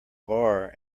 bar